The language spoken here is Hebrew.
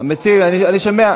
החוץ והביטחון.